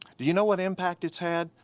do you know what impact its had?